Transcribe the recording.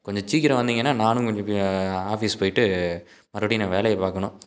கொஞ்சம் சீக்கிரம் வந்தீங்கன்னால் நானும் கொஞ்சம் ஆஃபீஸ் போய்விட்டு மறுபடியும் நான் வேலையை பார்க்கணும்